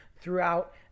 throughout